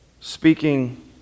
speaking